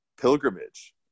pilgrimage